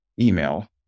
email